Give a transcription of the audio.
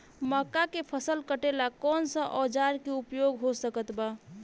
मक्का के फसल कटेला कौन सा औजार के उपयोग हो सकत बा?